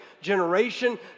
generation